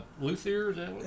Luthier